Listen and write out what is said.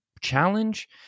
challenge